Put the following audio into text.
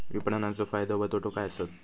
विपणाचो फायदो व तोटो काय आसत?